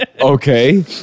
Okay